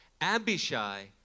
Abishai